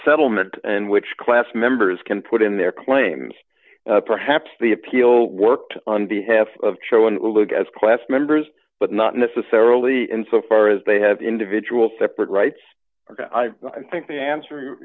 settlement and which class members can put in their claim perhaps the appeal worked on behalf of cho and luke as class members but not necessarily insofar as they have individual separate rights i think the answer